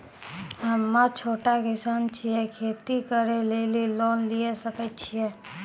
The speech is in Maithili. हम्मे छोटा किसान छियै, खेती करे लेली लोन लिये सकय छियै?